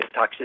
toxicity